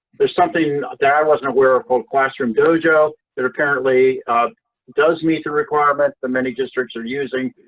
there's something that i wasn't aware of called classroomdojo that apparently does meet the requirements that many districts are using.